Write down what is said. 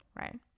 right